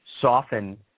soften